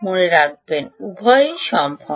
মনে রাখবেন উভয়ই সম্ভব